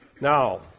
Now